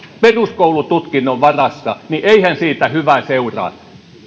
peruskoulututkinnon varassa niin eihän siitä hyvä seuraa